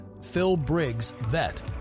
PhilBriggsVet